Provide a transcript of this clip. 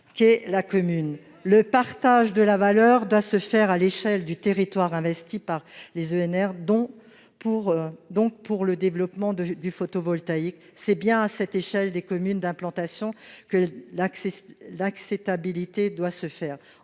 Le partage de la valeur doit se faire à l'échelle du territoire investi par les énergies renouvelables (ENR). Pour le développement du photovoltaïque, c'est bien à l'échelle des communes d'implantation que l'acceptabilité doit être